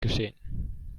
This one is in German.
geschehen